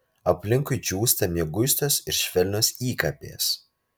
aplinkui džiūsta mieguistos ir švelnios įkapės